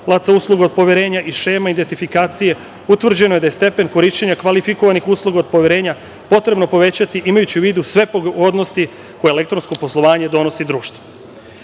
pružalaca usluga od poverenja i šema identifikacije. Utvrđeno je da je stepen korišćenja kvalifikovanih usluga od poverenja potrebno povećati, imajući u vidu sve pogodnosti koje elektronsko poslovanje donosi društvu. Izmene